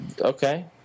Okay